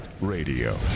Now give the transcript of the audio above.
radio